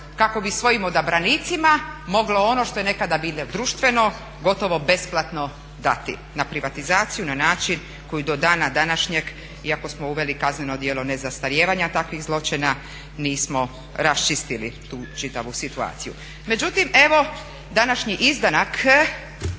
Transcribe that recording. kako bi svojim odabranicima moglo ono što je nekada bilo društveno gotovo besplatno dati, na privatizaciju, na način koji do dana današnjeg iako smo uveli kazneno djelo nezastarijevanja takvih zločina nismo raščistili tu čitavu situaciju. Međutim evo današnji izdanak